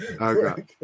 Okay